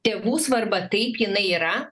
tėvų svarba taip jinai yra